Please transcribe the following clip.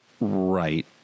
Right